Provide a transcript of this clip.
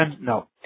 no